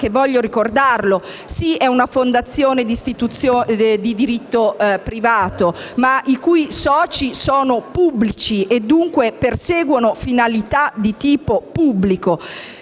voglio ricordarlo - è sì una fondazione di diritto privato, ma i cui soci sono pubblici e, dunque, perseguono finalità di tipo pubblico.